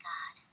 God